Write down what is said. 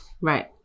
Right